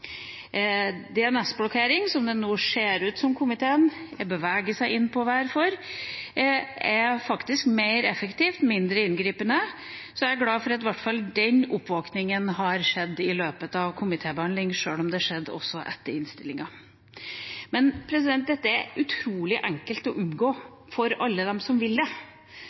som det nå ser ut som komiteen beveger seg inn på å være for, er faktisk mer effektivt og mindre inngripende, så jeg er glad for at i hvert fall den oppvåkningen har skjedd i løpet av komitébehandlingen, sjøl om det har skjedd etter innstillinga. Men dette er utrolig enkelt å unngå for alle dem som vil det.